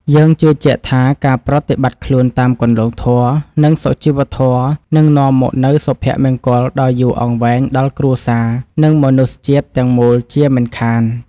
យើងជឿជាក់ថាការប្រតិបត្តិខ្លួនតាមគន្លងធម៌ និង សុជីវធម៌នឹងនាំមកនូវសុភមង្គលដ៏យូរអង្វែងដល់គ្រួសារ និង មនុស្សជាតិទាំងមូលជាមិនខាន។